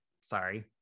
Sorry